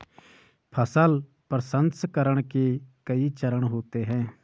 फसल प्रसंसकरण के कई चरण होते हैं